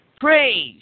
Praise